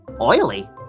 oily